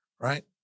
right